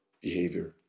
behavior